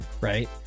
right